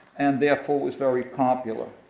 and therefore was very popular.